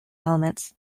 elements